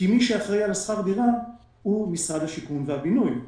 כי מי שאחראי על שכר הדירה הוא משרד השיכון והבינוי.